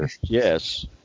yes